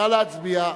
נא להצביע.